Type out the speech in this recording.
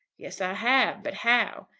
yes, i have but how?